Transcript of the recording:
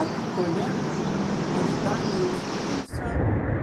ak kolega aš danijos princą